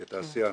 כתעשיין.